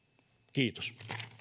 kiitos